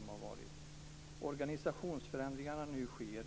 När det gäller de organisationsförändringar som nu sker